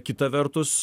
kita vertus